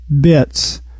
bits